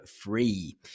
free